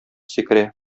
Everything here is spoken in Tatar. сикерә